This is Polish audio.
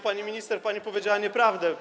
Pani minister, pani powiedziała nieprawdę.